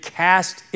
cast